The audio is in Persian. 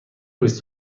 بیست